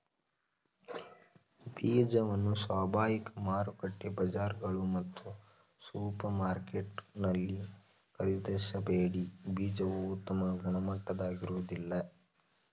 ಬೀಜವನ್ನು ಸ್ವಾಭಾವಿಕ ಮಾರುಕಟ್ಟೆ ಬಜಾರ್ಗಳು ಮತ್ತು ಸೂಪರ್ಮಾರ್ಕೆಟಲ್ಲಿ ಖರೀದಿಸಬೇಡಿ ಬೀಜವು ಉತ್ತಮ ಗುಣಮಟ್ಟದಾಗಿರೋದಿಲ್ಲ